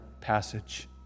passage